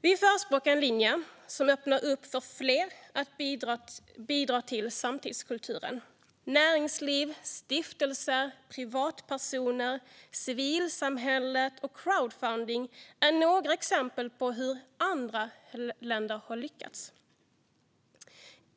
Vi förespråkar en linje som öppnar upp för fler att bidra till samtidskulturen. Näringsliv, stiftelser, privatpersoner, civilsamhället och crowdfunding är några exempel på hur andra länder har lyckats.